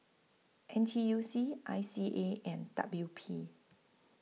N T U C I C A and W P